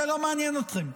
זה לא מעניין אתכם.